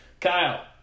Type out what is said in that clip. Kyle